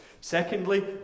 secondly